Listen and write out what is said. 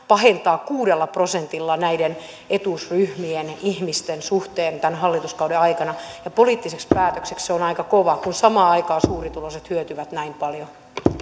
pahentaa kuudella prosentilla näiden etuusryhmien ihmisten suhteen tämän hallituskauden aikana poliittiseksi päätökseksi se on aika kova kun samaan aikaan suurituloiset hyötyvät näin paljon